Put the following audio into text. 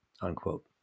unquote